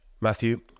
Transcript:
Matthew